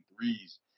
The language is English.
threes